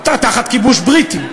אלא תחת כיבוש בריטי,